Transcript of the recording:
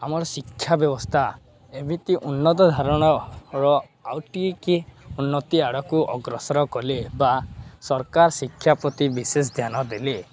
ଆମର ଶିକ୍ଷା ବ୍ୟବସ୍ଥା ଏମିତି ଉନ୍ନତ ଧାରଣର ଆଉଟ କି ଉନ୍ନତି ଆଡ଼କୁ ଅଗ୍ରସର କଲେ ବା ସରକାର ଶିକ୍ଷା ପ୍ରତି ବିଶେଷ ଧ୍ୟାନ ଦେଲେ